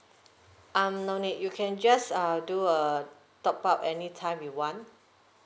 mm no need you can just err do a top up anytime you want